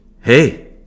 hey